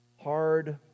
hard